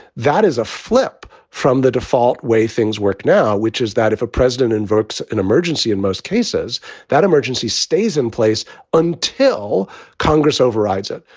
that is a flip from the default way things work now, which is that if a president invokes an emergency, in most cases that emergency stays in place until congress overrides it.